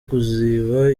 kuziba